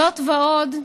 זאת ועוד,